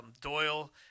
Doyle